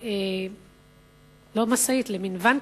לוואן,